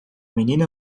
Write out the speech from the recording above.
menina